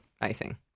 icing